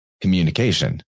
communication